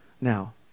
Now